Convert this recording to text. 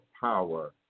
power